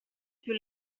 più